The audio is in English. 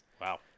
Wow